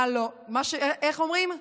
איך אומרים?